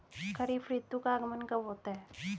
खरीफ ऋतु का आगमन कब होता है?